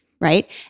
right